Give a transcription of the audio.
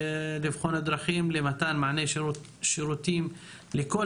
לבחון דרכים למתן מענה שירותים לכל